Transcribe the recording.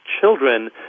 children